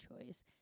choice